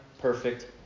perfect